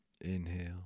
Inhale